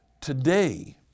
Today